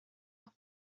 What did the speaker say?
auch